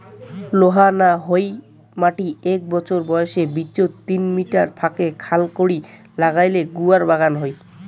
লোহা না হই মাটি এ্যাক বছর বয়সের বিচোন তিন মিটার ফাকে খাল করি নাগাইলে গুয়ার বাগান হই